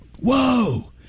whoa